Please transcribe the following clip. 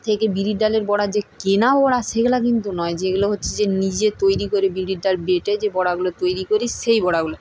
থেকে বিউলির ডালের বড়া যে কেনা বড়া সেগুলো কিন্তু নয় যেগুলো হচ্ছে যে নিজে তৈরি করে বিউলির ডাল বেটে যে বড়াগুলো তৈরি করি সেই বড়াগুলো